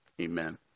amen